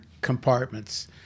compartments